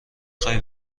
خوای